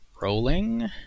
Rolling